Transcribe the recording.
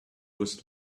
was